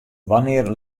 wannear